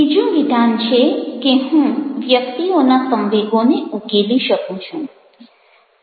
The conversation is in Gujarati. બીજું વિધાન છે કે હું વ્યક્તિઓના સંવેગોને ઉકેલી શકું છું